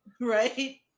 Right